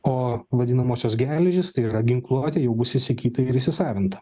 o vadinamosios geležys tai yra ginkluotė jau bus įsigyta ir įsisavinta